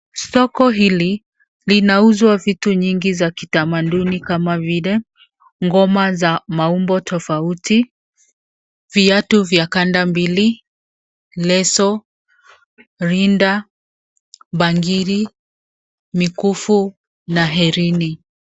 Soko hili linauzwa vitu nyingi za kitamaduni kama vile ngoma za maumbo tofauti, viatu vya kanda mbili, leso, linda, bangili, mikufu na herini.